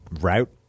route